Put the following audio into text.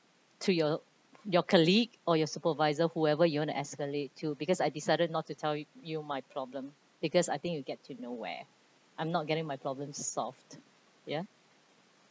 to your your colleague or your supervisor whoever you want to escalate to because I decided not to tell you you my problem because I think you get to nowhere I'm not getting my problem solved ya